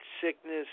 Sickness